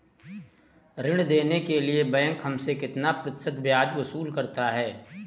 ऋण देने के लिए बैंक हमसे कितना प्रतिशत ब्याज वसूल करता है?